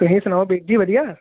ਤੁਸੀਂ ਸੁਣਾਓ ਵੀਰ ਜੀ ਵਧੀਆ